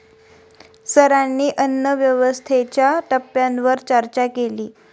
सरांनी अन्नव्यवस्थेच्या टप्प्यांवर चर्चा केली